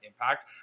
impact